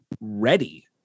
ready